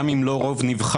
גם אם לא רוב נבחר,